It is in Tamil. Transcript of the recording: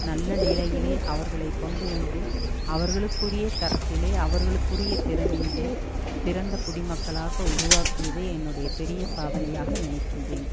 நல்ல நிலையிலே அவர்களை கொண்டு வந்து அவர்களுக்குரிய தரத்திலே அவர்களுக்குரிய திறமையிலே சிறந்த குடிமக்களாக்க உருவாக்கியதே என்னுடைய பெரிய சாதனையாக நினைக்கிறேன்